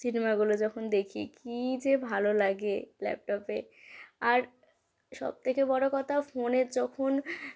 সিনেমাগুলো যখন দেখি কি যে ভালো লাগে ল্যাপটপে আর সবথেকে বড়ো কতা ফোনে যখন